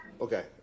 Okay